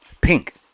pink